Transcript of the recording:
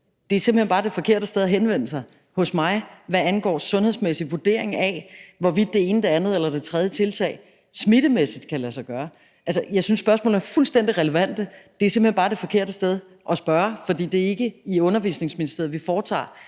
Det er simpelt hen bare det forkerte sted at henvende sig, nemlig hos mig, hvad angår sundhedsmæssige vurderinger af, hvorvidt det ene, det andet eller det tredje tiltag smittemæssigt kan lade sig gøre. Jeg synes, at spørgsmålene er fuldstændig relevante. Det er simpelt hen bare det forkerte sted at spørge, for det er ikke i Børne- og Undervisningsministeriet, vi foretager